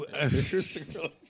Interesting